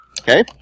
Okay